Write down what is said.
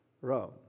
rome